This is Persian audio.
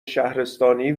شهرستانی